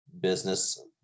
business